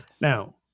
Now